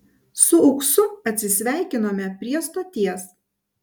su uksu atsisveikinome prie stoties